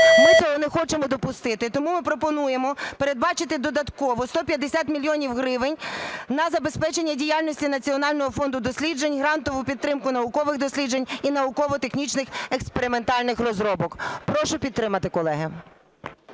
Ми цього не хочемо допустити, і тому ми пропонуємо передбачити додатково 150 мільйонів гривень на забезпечення діяльності Національного фонду досліджень, грантову підтримку наукових досліджень і науково-технічних (експериментальних) розробок. Прошу підтримати, колеги.